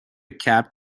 cab